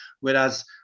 whereas